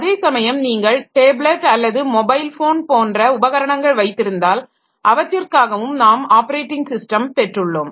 அதே சமயம் நீங்கள் டேப்லெட் அல்லது மொபைல் போன் போன்ற உபகரணங்கள் வைத்திருந்தால் அவற்றிற்காகவும் நாம் ஆப்பரேட்டிங் ஸிஸ்டம் பெற்றுள்ளோம்